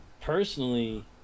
Personally